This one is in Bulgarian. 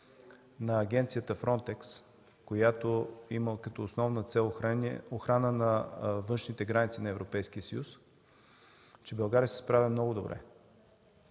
на Агенцията „Фронтекс”, която има като основна цел охрана на външните граници на Европейския съюз, че България се справя много добре